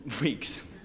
weeks